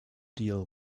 deal